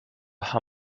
how